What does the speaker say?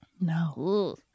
No